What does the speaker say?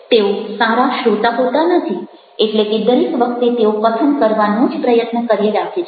તેઓ સારા શ્રોતા હોતા નથી એટલે કે દરેક વખતે તેઓ કથન કરવાનો જ પ્રયત્ન કર્યે રાખે છે